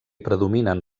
predominen